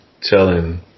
telling